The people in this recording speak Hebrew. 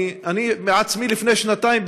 אני עצמי לפני שנתיים,